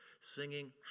singing